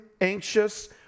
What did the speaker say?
anxious